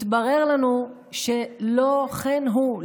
התברר לנו שלא כן הוא,